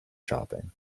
shopping